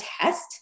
test